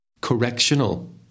correctional